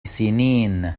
سنين